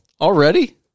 already